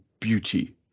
beauty